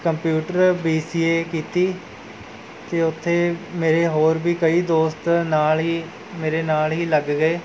computer B C A ਕੀਤੀ ਅਤੇ ਉੱਥੇ ਮੇਰੇ ਹੋਰ ਵੀ ਕਈ ਦੋਸਤ ਨਾਲ਼ ਹੀ ਮੇਰੇ ਨਾਲ਼ ਹੀ ਲੱਗ ਗਏ